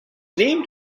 named